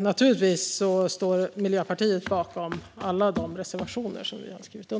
Naturligtvis står Miljöpartiet bakom alla de reservationer vi har skrivit under.